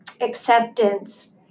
acceptance